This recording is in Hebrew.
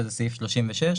שזה סעיף 36,